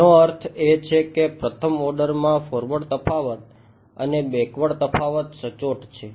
જેનો અર્થ એ છે કે પ્રથમ ઓર્ડર છે